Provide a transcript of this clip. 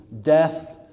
death